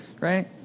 Right